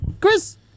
Chris